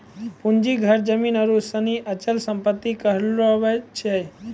पूंजी घर जमीन आरु सनी अचल सम्पत्ति कहलावै छै